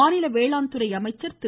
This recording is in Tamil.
மாநில வேளாண்துறை அமைச்சர் திரு